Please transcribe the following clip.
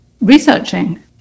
researching